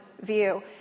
view